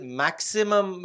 maximum